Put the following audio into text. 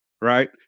right